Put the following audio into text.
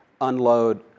unload